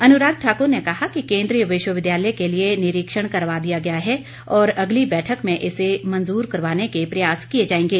अनुराग ठाकुर ने कहा कि केन्द्रीय विश्वविद्यालय के लिए निरीक्षण करवा दिया गया है और अगली बैठक में इसे मंजूर करवाने के प्रयास किए जाएंगे